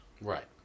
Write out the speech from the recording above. Right